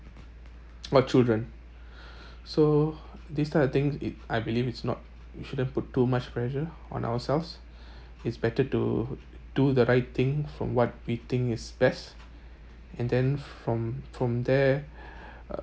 or children so this time I think it I believe it's not you shouldn't put too much pressure on ourselves it's better to do the right thing from what we think is best and then from from there